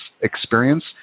experience